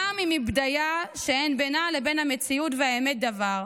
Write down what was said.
גם אם היא בדיה שבינה לבין המציאות והאמת אין דבר,